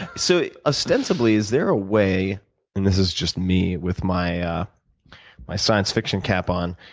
so, ostensibly, is there a way and this is just me with my ah my science fiction cap on,